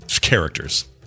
characters